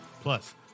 Plus